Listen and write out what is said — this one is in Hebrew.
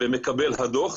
במקבל הדוח,